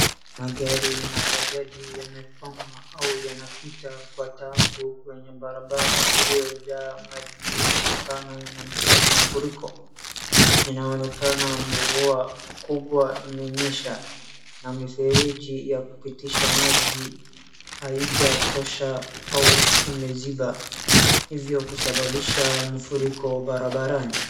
Magari na bajaji yamekwama au yanapita kwa taabu kwenye barabara iliyojaa maji kutokana na mafuriko. Inaonekana mvua kubwa imenyesha, na mifereji ya kupitisha maji haijatosha au imeziba, hivyo kusababisha mfuriko barabarani.